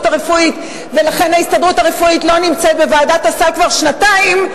הרפואית ולכן ההסתדרות הרפואית לא נמצאת בוועדת הסל כבר שנתיים,